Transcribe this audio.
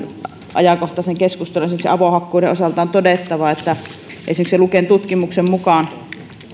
ajankohtaiseen keskusteluun esimerkiksi avohakkuiden osalta on todettava että esimerkiksi luken tutkimuksen mukaan